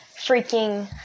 freaking